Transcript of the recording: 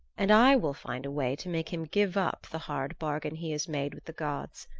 and i will find a way to make him give up the hard bargain he has made with the gods.